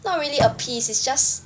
not really appease is just